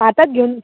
आतांत घेवन